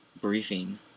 briefing